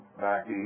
back